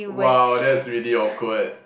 !wow! that's really awkward